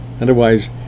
Otherwise